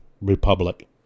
Republic